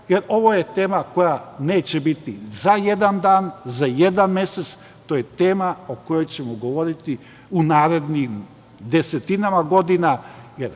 jer ovo je tema koja neće biti za jedan dan, za jedan mesec. To je tema o kojoj ćemo govoriti u narednim desetinama godina,